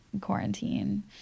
Quarantine